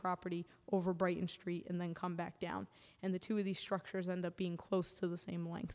property over brighton street and then come back down and the two of these structures and that being close to the same length